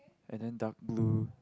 and than dark blue